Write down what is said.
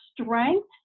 strength